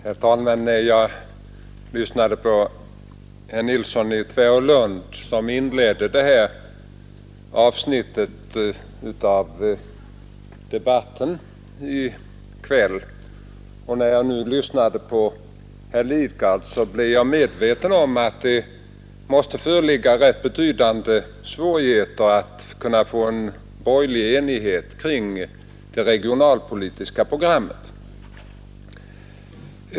Herr talman! När jag lyssnade på herr Nilsson i Tvärålund, som inledde detta avsnitt av debatten i kväll, och när jag sedan lyssnade på herr Lidgard blev jag medveten om att det måste föreligga rätt betydande svårigheter att få en borgerlig enighet kring det regionalpolitiska programmet.